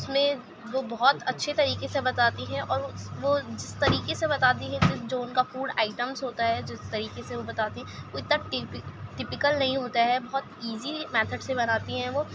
اس میں وہ بہت اچّھے طریقے سے بتاتی ہیں اور وہ اس وہ جس طریقے سے بتاتی ہے جس جو ان کا فوڈ آئٹمس ہوتا ہے جس طریقے سے وہ بتاتی ہیں وہ اتنا ٹیپکل نہیں ہوتا ہے بہت ایزی میتھڈ سے بناتی ہیں وہ